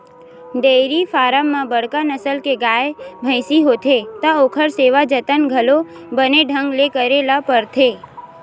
dairy farm म बड़का नसल के गाय, भइसी होथे त ओखर सेवा जतन घलो बने ढंग ले करे ल परथे